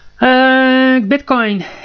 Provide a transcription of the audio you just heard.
Bitcoin